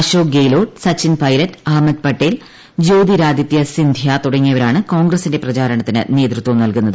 അശോക് ഗയ്ലോട്ട് സച്ചിൻ പൈലറ്റ് അഹമ്മദ് പട്ടേൽ ജ്യോതിരാദിത്യ സിന്ധ്യ തുടങ്ങിയവരാണ് കോൺഗ്രസിന്റെ പ്രചാരണത്തിന് നേതൃത്വം നൽകുന്നത്